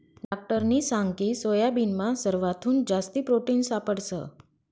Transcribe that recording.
डाक्टरनी सांगकी सोयाबीनमा सरवाथून जास्ती प्रोटिन सापडंस